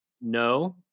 no